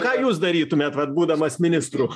ką jūs darytumėt vat būdamas ministru